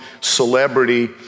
celebrity